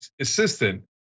assistant